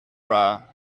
bra